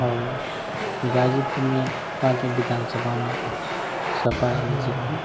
और गाजीपुर में पाँचों विधानसभा में सपा ही जीती